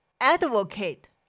advocate